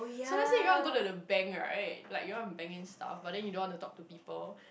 so let's say you want to go to the bank right like you want to bank in stuff but then you don't want to talk to people